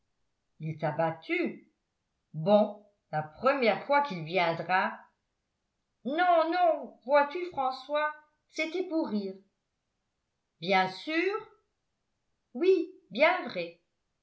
il t'a battue bon la première fois qu'il viendra non non vois-tu françois c'était pour rire bien sûr oui bien vrai